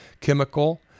chemical